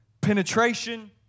penetration